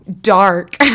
dark